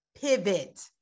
pivot